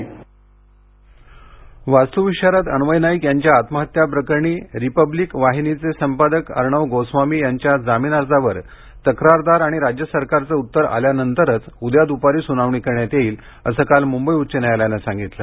अर्णब गोस्वामीं वास्तुविशारद अन्वय नाईक यांच्या आत्महत्या प्रकरणी रिपब्लिक वाहिनीचे संपादक अर्णब गोस्वामी यांच्या जामीन अर्जावर तक्रारदार आणि राज्य सरकारचे उत्तर आल्यानंतरच उद्या दुपारी सुनावणी करण्यात येईल असं काल मुंबई उच्च न्यायालयानं सांगितलं